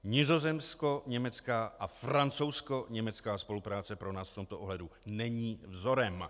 Nizozemskoněmecká a francouzskoněmecká spolupráce pro nás v tomto ohledu není vzorem.